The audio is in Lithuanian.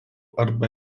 arba